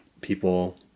people